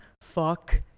Fuck